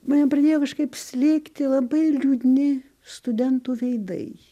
mane pradėjo kažkaip slėgti labai liūdni studentų veidai